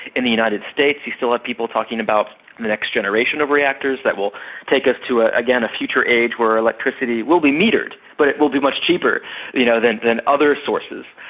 in the united states you still have people talking about the next generation of reactors that will take us to ah again, a future age where electricity will be metered, but it will be much cheaper you know than than other sources.